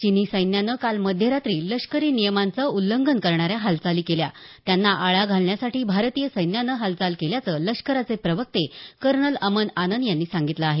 चिनी सैन्यानं काल मध्यरात्री लष्करी नियमांचं उल्लंघन करणाऱ्या हालचाली केल्या त्यांना आळा घालण्यासाठी भारतीय सैन्यानं हालचाल केल्याचं लष्कराचे प्रवक्ते कर्नल अमन आनंद यांनी सांगितलं आहे